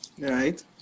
Right